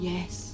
Yes